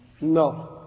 No